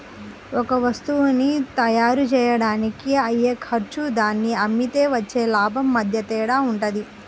ఒక వత్తువుని తయ్యారుజెయ్యడానికి అయ్యే ఖర్చు దాన్ని అమ్మితే వచ్చే లాభం మధ్య తేడా వుంటది